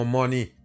money